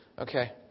Okay